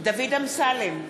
דוד אמסלם,